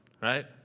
right